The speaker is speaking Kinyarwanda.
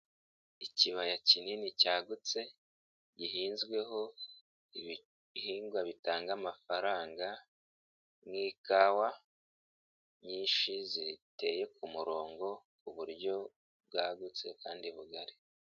Ikibaya kinini cyagutse gihinzweho ibihingwa bitanga amafaranga nk'ikawa nyinshi ziteye ku murongo ku buryo bwagutse kandi bugari.